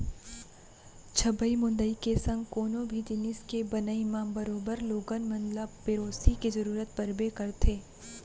छबई मुंदई के संग कोनो भी जिनिस के बनई म बरोबर लोगन मन ल पेरोसी के जरूरत परबे करथे